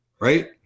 right